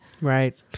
Right